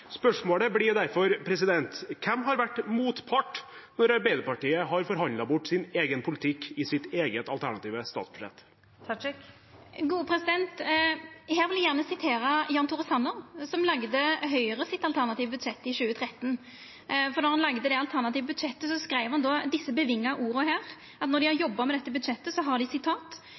Spørsmålet blir derfor: Hvem har vært motpart når Arbeiderpartiet har forhandlet bort sin egen politikk i sitt eget alternative statsbudsjett? Eg vil gjerne sitera Jan Tore Sanner, som lagde Høgres alternative budsjett i 2013. Då han lagde det alternative budsjettet, skreiv han, då dei jobba med dette budsjettet,